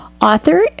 author